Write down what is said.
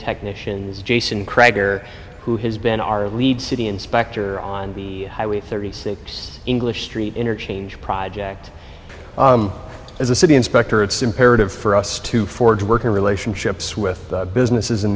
technicians jason craig or who has been our lead city inspector on the highway thirty six english street interchange project as a city inspector it's imperative for us to forge working relationships with businesses in